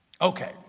Okay